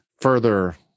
further